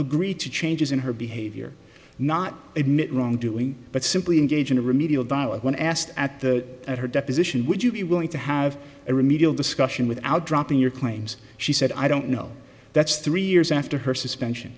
agree to changes in her behavior not admit wrongdoing but simply engage in a remedial dialogue when asked at the at her deposition would you be willing to have a remedial discussion without dropping your claims she said i don't know that's three years after her suspension